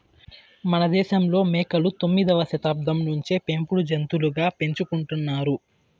మనదేశంలో మేకలు తొమ్మిదవ శతాబ్దం నుంచే పెంపుడు జంతులుగా పెంచుకుంటున్నారు